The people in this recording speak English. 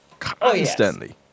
Constantly